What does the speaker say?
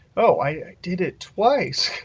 oh, i did it twice.